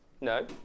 No